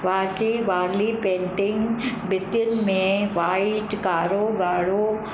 वाची वार्ली पेंटिंग ॿितियुनि में वाइट कारो ॻाड़ो